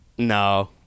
No